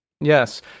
Yes